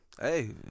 Hey